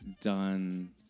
done